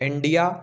India